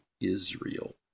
Israel